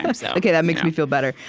um so ok, that makes me feel better.